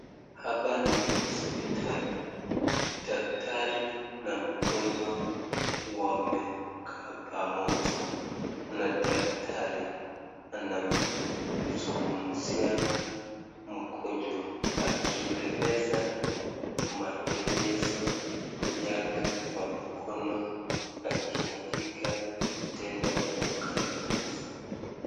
Hapa ni hospitali daktari na mgonjwa wamekaa pamoja na daktari anamzungumzia mgonjwa akieleza maelezo yake kwa mkono akiandika tena kwa karatasi.